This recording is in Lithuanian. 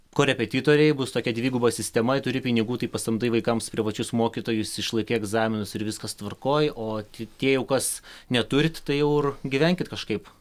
korepetitoriai bus tokia dviguba sistema turi pinigų tai pasamdai vaikams privačius mokytojus išlaikai egzaminus ir viskas tvarkoj o t tie jau kas neturit tai jau ir gyvenkit kažkaip